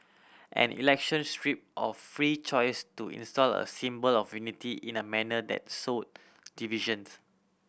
an election stripped of free choice to install a symbol of unity in a manner that sowed divisions